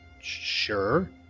sure